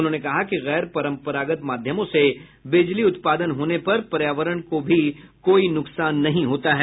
उन्होंने कहा कि गैर परंपरागत माध्यमों से बिजली उत्पादन होने पर पर्यावरण को भी कोई नुकसान नहीं होता है